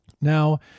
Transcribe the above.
Now